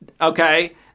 Okay